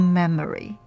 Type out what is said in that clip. memory